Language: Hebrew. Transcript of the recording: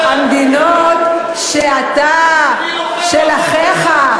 המדינות של אחיך,